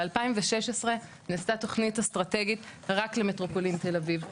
ב-2016 נעשתה תוכנית אסטרטגית רק למטרופולין תל אביב,